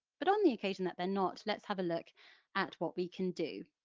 but on the occasion that they're not, let's have a look at what we can do.